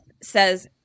says